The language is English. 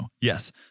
yes